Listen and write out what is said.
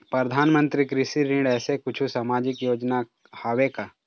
परधानमंतरी कृषि ऋण ऐसे कुछू सामाजिक योजना हावे का?